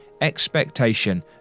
expectation